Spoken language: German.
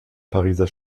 pariser